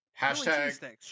Hashtag